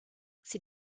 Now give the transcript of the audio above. ces